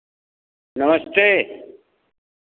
नमस्ते